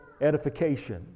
edification